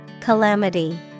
Calamity